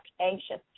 anxious